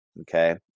okay